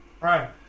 Right